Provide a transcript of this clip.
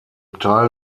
teil